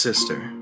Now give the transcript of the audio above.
Sister